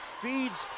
feeds